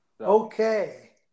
Okay